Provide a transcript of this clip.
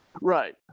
Right